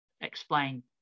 explain